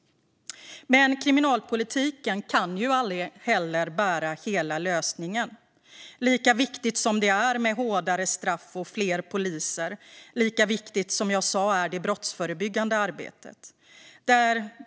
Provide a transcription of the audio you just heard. Men kriminalpolitiken kan aldrig bära hela lösningen. Lika viktigt som det är med hårdare straff och fler poliser, lika viktigt är det brottsförebyggande arbetet.